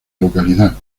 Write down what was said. localidad